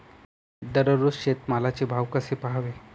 दररोज शेतमालाचे भाव कसे पहावे?